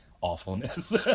awfulness